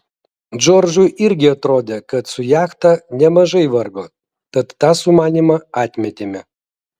džordžui irgi atrodė kad su jachta nemažai vargo tad tą sumanymą atmetėme